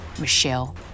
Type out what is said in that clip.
Michelle